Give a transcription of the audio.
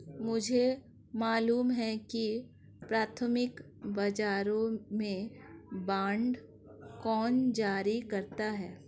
मुझे मालूम है कि प्राथमिक बाजारों में बांड कौन जारी करता है